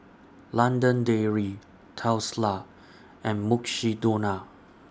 London Dairy Tesla and Mukshidonna